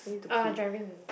uh driving